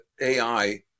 AI